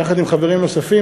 יחד עם חברים נוספים,